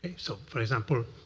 so for example,